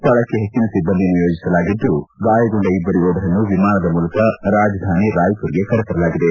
ಸ್ಥಳಕ್ಕೆ ಹೆಚ್ಚಿನ ಸಿಬ್ಬಂದಿಯನ್ನು ನಿಯೋಜಿಸಲಾಗಿದ್ದು ಗಾಯಗೊಂಡ ಇಬ್ಬರು ಯೋಧರನ್ನು ವಿಮಾನದ ಮೂಲಕ ರಾಜದಾನಿ ರಾಯಪುರ್ಗೆ ಕರೆತರಲಾಗಿದೆ